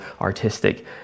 artistic